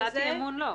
הצעת אי אמון לא.